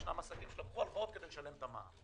יש עסקים שלקחו הלוואות כדי לשלם את המע"מ,